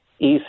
east